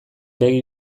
begi